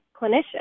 clinician